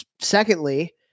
Secondly